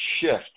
shift